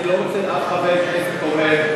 אני לא רוצה אף חבר כנסת עומד.